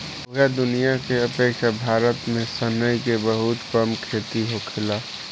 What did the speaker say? पूरा दुनिया के अपेक्षा भारत में सनई के बहुत कम खेती होखेला